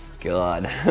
God